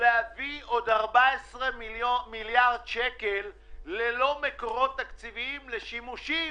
ולהביא עוד 14 מיליארד שקל - זה ללא מקורות תקציביים עבור שימושים